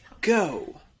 go